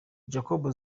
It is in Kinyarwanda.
jacob